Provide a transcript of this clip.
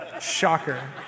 Shocker